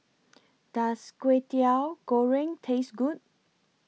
Does Kwetiau Goreng Taste Good